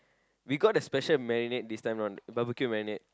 we got the special marinade this time round barbecue marinade